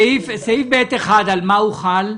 סעיף (ב1), על מה הוא חל?